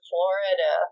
Florida